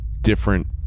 different